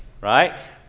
right